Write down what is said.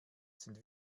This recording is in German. sind